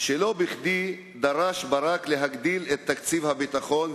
שלא בכדי דרש ברק להגדיל את תקציב הביטחון,